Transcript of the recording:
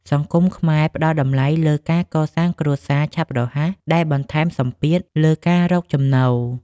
សង្គមខ្មែរផ្តល់តម្លៃលើការកសាងគ្រួសារឆាប់រហ័ស ដែលបន្ថែមសម្ពាធលើការរកចំណូល។